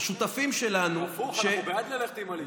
השותפים שלנו, הפוך, אנחנו בעד ללכת עם הליכוד.